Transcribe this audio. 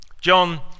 John